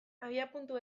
abiapuntu